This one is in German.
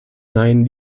nein